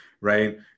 Right